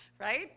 right